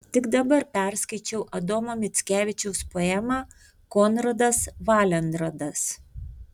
tik dabar perskaičiau adomo mickevičiaus poemą konradas valenrodas